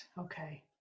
Okay